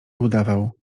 udawał